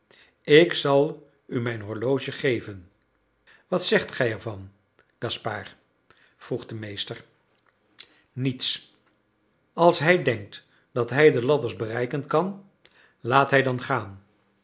ik zal u mijn horloge geven wat zegt gij ervan gaspard vroeg de meester niets als hij denkt dat hij de ladders bereiken kan laat hij dan gaan